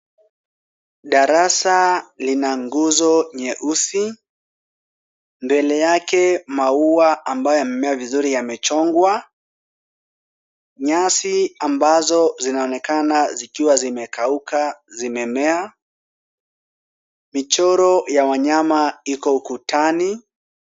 Darasa lina nguzo nyeusi. Mbele yake maua ambayo yamemea vizuri yamechongwa. Nyasi ambazo zinaonekana zikiwa zimekauka zimemea. Michoro ya wanyama iko ukutani.